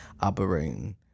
operating